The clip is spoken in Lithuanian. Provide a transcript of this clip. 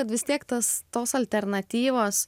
kad vis tiek tos tos alternatyvos